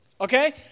Okay